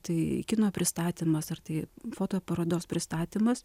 tai kino pristatymas ar tai fotoparodos pristatymas